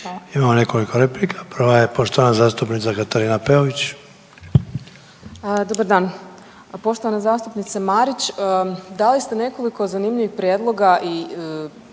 Imamo nekoliko replika, prva je poštovana zastupnica Katarina Peović. **Peović, Katarina (RF)** Dobar dan. A poštovana zastupnice Marić, dali ste nekoliko zanimljivih prijedloga i zapravo